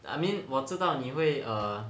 I mean 我知道你会 err